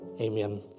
amen